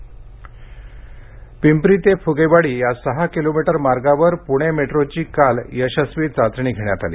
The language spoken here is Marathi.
पणे मेट्रो पिंपरी ते फुगेवाडी या सहा किलोमीटर मार्गावर पुणे मेट्रोची काल यशस्वी चाचणी घेण्यात आली